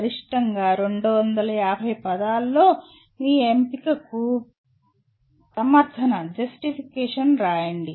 గరిష్టంగా 250 పదాలలో మీ ఎంపికకు సమర్థన రాయండి